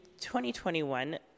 2021